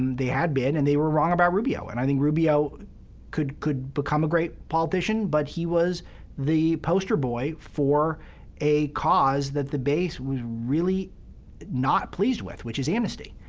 they had been, and they were wrong about rubio. and i think rubio could could become a great politician, but he was the poster boy for a cause that the base was really not pleased which, which is amnesty.